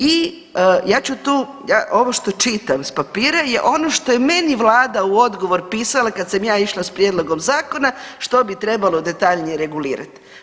I ja ću, ovo što čitam s papira je ono što je meni vlada u odgovor pisala kad sam ja išla s prijedlogom zakona što bi trebalo detaljnije regulirati.